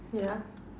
yeah